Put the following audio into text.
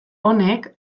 honek